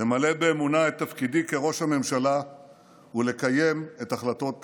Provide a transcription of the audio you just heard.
למלא באמונה את תפקידי כראש הממשלה ולקיים את החלטות הכנסת.